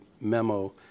memo